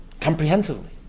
comprehensively